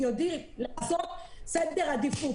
יודעים לעשות סדר עדיפות,